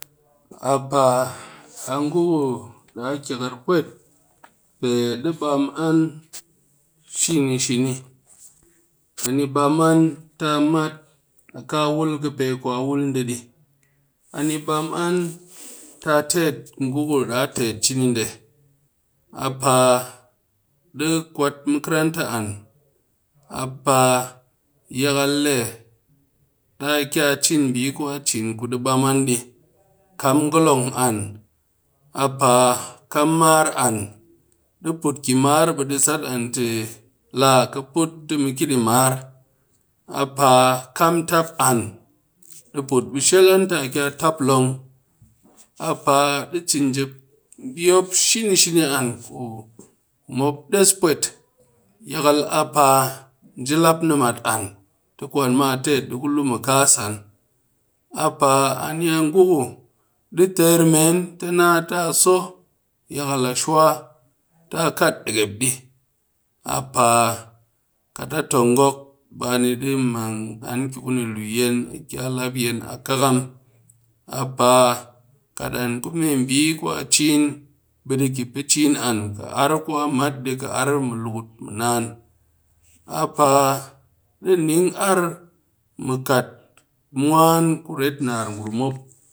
A paa a ngu ku ɗaa kyakar pwet, pe di bam an shini shini, a ni bam an ta mat di kaa wul khi pe ku an dee ni di, a ni bam an ta tet ngu ku daa te cini dee a paa ɗi kwat makaranta an, a paa yakal la taa ki a cin mbi ku a cin ku di bam an di. Kam ngolon an, a paakam mar an, di put ki mar ɓe di sat an tɨ, laa, khi put ti mu ki di mar. A paa kam tap an, di put be shel an te, a ki a tap long, a paadi cin jep mbi mop shini an, mop des pwet. Yakal a paa ji lap nimat an ti kwan ma a tet di ku lu mi kaa san. A paa a ngu di teer men ti naa daa so yakal a shuwa ta kat ekep di, a paa kat a tong a gok, be ani di mang an ki ku ni luyen, a ki a lap yen, a kakam. A paa kat an ku mee mbi ku a cin ɓe di ki pe cin an kɨ ar ku a mat di, ki ar mɨ lukut mɨ naan. A paa di ning aqr mi kat mwan kuret naar gurum mop.